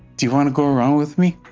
do you want to go around with me?